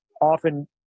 often